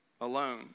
Alone